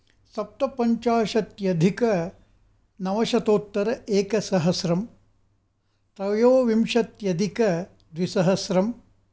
सप्तपञ्चाशत्यधिकनवशतोत्तर एकसहस्रम् त्रयोविंशत्यधिकद्विसहस्रम्